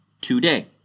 today